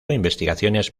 investigaciones